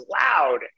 loud